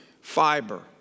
fiber